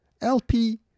LP